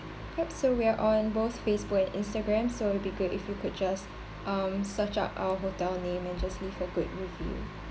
uh so we are on both facebook and instagram so it'll be good if you could just um search up our hotel name and just leave a good review